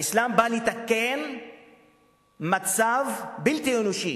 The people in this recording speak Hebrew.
האסלאם בא לתקן מצב בלתי אנושי